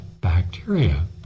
bacteria